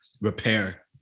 repair